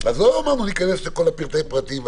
אז לא אמרנו להיכנס לכל פרטי הפרטים.